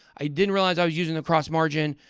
i didn't realize i was using the cross margin.